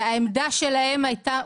העמדה שלהם הייתה,